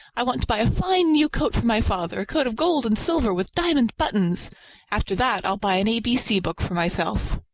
i want to buy a fine new coat for my father coat of gold and silver with diamond buttons after that, i'll buy an a b c book for myself.